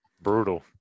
brutal